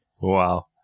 Wow